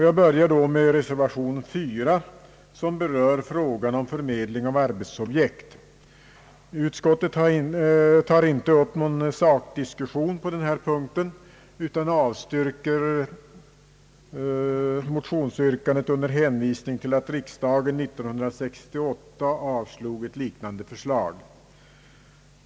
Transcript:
Jag börjar med reservation 4, som berör frågan om förmedling av arbetsobjekt. Utskottet tar inte upp någon sakdiskussion på denna punkt utan avstyrker motionsyrkandet under hänvisning till att riksdagen 1968 avslog ett liknande förslag.